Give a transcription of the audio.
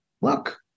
look